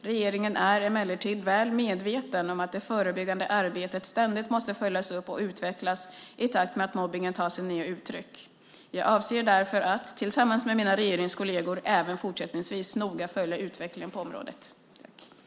Regeringen är emellertid väl medveten om att det förebyggande arbetet ständigt måste följas upp och utvecklas i takt med att mobbningen tar sig nya uttryck. Jag avser därför att tillsammans med mina regeringskolleger även fortsättningsvis noga följa utvecklingen på området. Då Monica Green, som framställt interpellationen, anmält att hon var förhindrad att närvara vid sammanträdet medgav talmannen att Christina Axelsson i stället fick delta i överläggningen.